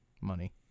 money